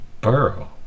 Burrow